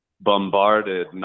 bombarded